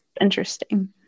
interesting